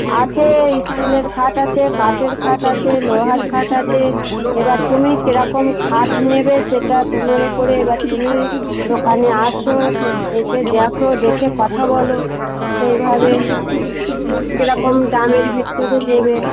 আছে স্টীলের খাট আছে কাঠের খাট আছে লোহার খাট আছে এবার তুমি কীরকম খাট নেবে সেটা তোমার উপরে এবার তুমি দোকানে এসো এসে দেখো দেখে কথা বলো সেইভাবে কীরকম দামের ভিতরে নেবে